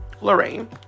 Lorraine